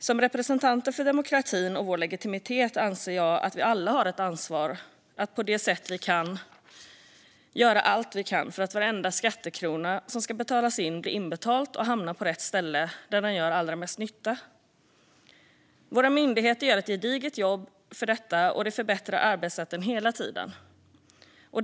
Som representanter för demokratin har vi alla ett ansvar att göra allt vi kan för att varenda skattekrona som ska betalas in blir inbetald och hamnar på det ställe där den gör allra mest nytta. Våra myndigheter gör ett gediget jobb för detta, och de förbättrar arbetssätten hela tiden.